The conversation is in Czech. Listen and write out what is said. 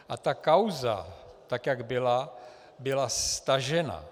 A ta kauza, tak jak byla, byla stažena.